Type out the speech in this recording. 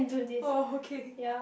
oh okay